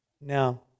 Now